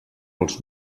els